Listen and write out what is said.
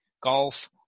golf